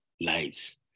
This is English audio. lives